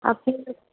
আপনি